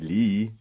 Lee